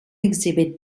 exhibit